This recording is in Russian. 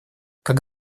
как